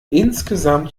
insgesamt